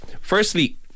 Firstly